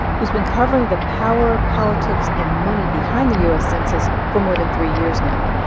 who's been covering the power politics and money behind the u s. census for more than three years now.